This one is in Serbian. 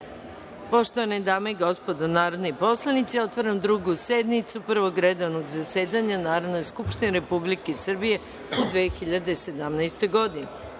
Poštovane dame i gospodo narodni poslanici, otvaram Drugu sednicu Prvog redovnog zasedanja Narodne skupštine Republike Srbije u 2017. godini. Na